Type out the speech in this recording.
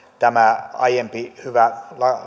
tämä aiempi hyvä